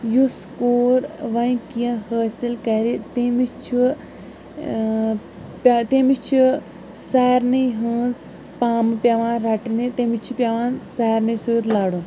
یُس کوٗر وۄنۍ کینٛہہ حٲصِل کَرِ تٔمِس چھُ تٔمِس چھِ سارنی ہنٛز پامہٕ پٮ۪وان رَٹنہِ تٔمِس چھِ پٮ۪وان سارنی سۭتۍ لَڑُن